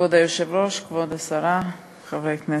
כבוד היושב-ראש, כבוד השרה, חברי כנסת,